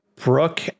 Brooke